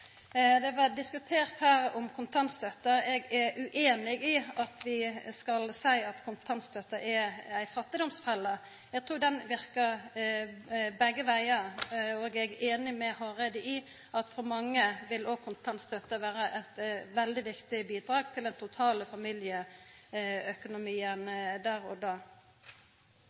Eg er ueinig i at vi skal seia at kontantstøtta er ei fattigdomsfelle. Eg trur ho verkar begge vegar, og eg er einig med Hareide i at for mange vil kontantstøtta vera eit veldig viktig bidrag til den totale familieøkonomien der